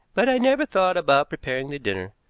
but i never thought about preparing the dinner.